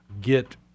get